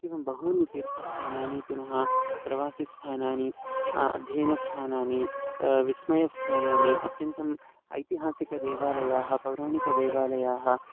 एवं बहूनि तीर्थस्थानानि पुनः प्रवासस्थानानि अध्ययनस्थानानि विस्मयस्थानानि अत्यन्तम् ऐतिहासिकाः देवालयाः पौराणिकाः देवालयाः